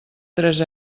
tres